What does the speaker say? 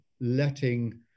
letting